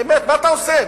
באמת, מה אתה עושה?